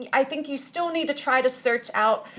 i think you still need to try to search out,